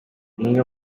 umwe